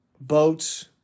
Boats